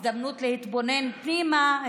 הזדמנות להתבונן פנימה,